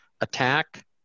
attack